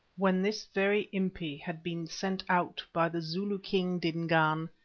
when this very impi had been sent out by the zulu king dingaan,